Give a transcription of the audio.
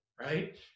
right